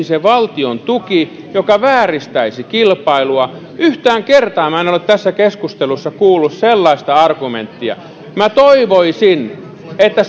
se valtiontuki joka vääristäisi kilpailua yhtään kertaa minä en ole tässä keskustelussa kuullut sellaista argumenttia minä toivoisin että